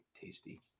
tasty